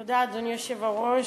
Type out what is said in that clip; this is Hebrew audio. תודה, אדוני היושב-ראש.